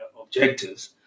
objectives